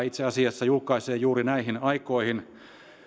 itse asiassa juuri näihin aikoihin